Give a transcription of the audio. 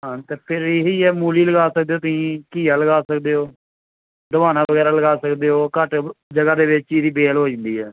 ਹਾਂ ਤਾਂ ਫਿਰ ਇਹ ਹੀ ਹੈ ਮੂਲੀ ਲਗਾ ਸਕਦੇ ਹੋ ਤੁਸੀਂ ਘੀਆ ਲਗਾ ਸਕਦੇ ਹੋ ਹਦੁਆਣਾ ਵਗੈਰਾ ਲਗਾ ਸਕਦੇ ਹੋ ਘੱਟ ਜਗ੍ਹਾ ਦੇ ਵਿੱਚ ਹੀ ਇਹਦੀ ਬੇਲ ਹੋ ਜਾਂਦੀ ਹੈ